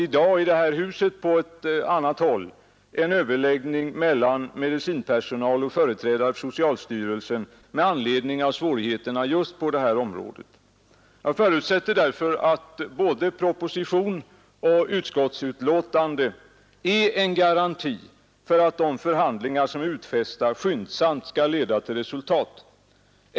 Det har i dag på annat håll i detta hus hållits en överläggning mellan medicinpersonal och företrädare för socialstyrelsen med anledning av svårigheterna just på detta område. Jag förutsätter därför att både proposition och utskottsbetänkande är en garanti för att de förhandlingar som är utfästa skyndsamt skall leda till resultat.